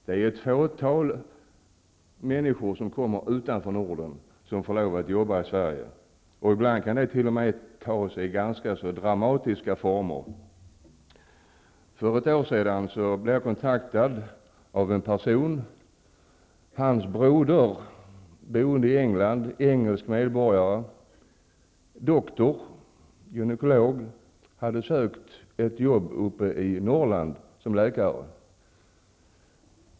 Det är ett fåtal människor som kommer från länder utanför Norden och som får jobba i Sverige. Ibland kan det t.o.m. ta sig ganska så dramatiska uttryck. För ett år sedan blev jag kontaktad av en person. Norrland.